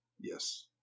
yes